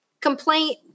complaint